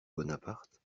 bonaparte